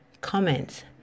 comments